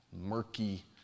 murky